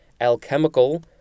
Alchemical